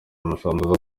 masamba